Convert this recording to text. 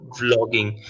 vlogging